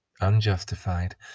unjustified